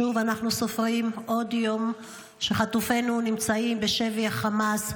שוב אנחנו סופרים עוד יום שחטופינו נמצאים בשבי החמאס,